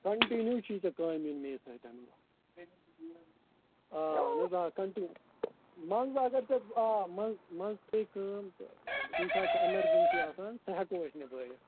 continue چھی ژےٚ کٲمہِ یُن میٚے سۭتۍ آ اَہَن حظ آ کَنٹِنیوٗ منٛزٕ اگر ژےٚ آ منٛزِٕ منٛزٕ پیٚیہِ کٲم تہٕ کُنہِ ساتہٕ چھِ ایمَرجَنسی آسان سُہ ہٮ۪کو أسۍ نِبٲوِتھ